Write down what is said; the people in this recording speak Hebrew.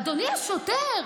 אדוני השוטר,